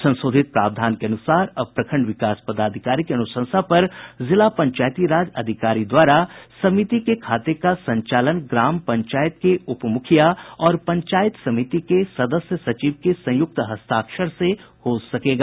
संशोधित प्रावधान के अनुसार अब प्रखंड विकास पदाधिकारी की अनुसंशा पर जिला पंचायती राज अधिकारी द्वारा समिति के खाते का संचालन ग्राम पंचायत के उप मूखिया और पंचायत समिति के सदस्य सचिव के संयुक्त हस्ताक्षर से हो सकेगा